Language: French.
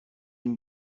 une